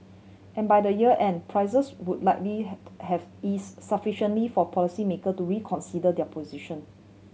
and by the year end prices would likely had have eased sufficiently for policymaker to reconsider their position